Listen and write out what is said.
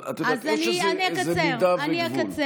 אבל יש איזו מידה, וגבול.